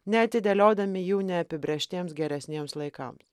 neatidėliodami jų neapibrėžtiems geresniems laikam